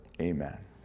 Amen